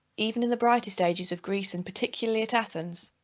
even in the brightest ages of greece, and particularly at athens,